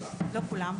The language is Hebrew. לא כולן,